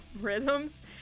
rhythms